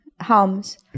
harms